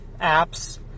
apps